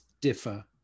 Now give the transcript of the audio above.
differ